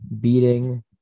beating –